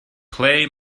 play